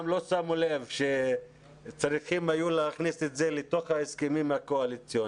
לא שמו לב שצריכים היו להכניס את זה לתוך ההסכמים הקואליציוניים,